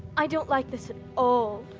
i don't like this at all.